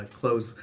close